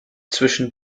zwischen